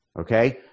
okay